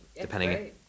depending